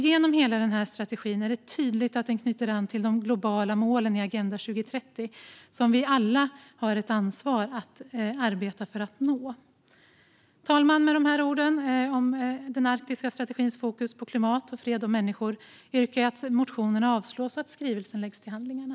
Genom hela strategin är det tydligt att den knyter an till de globala målen i Agenda 2030, som vi alla har ett ansvar att arbeta mot. Fru talman! Med de här orden om den arktiska strategins fokus på klimat, fred och människor yrkar jag på att motionerna avslås och skrivelsen läggs till handlingarna.